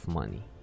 money